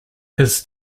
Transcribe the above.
his